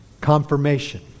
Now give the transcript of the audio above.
Confirmation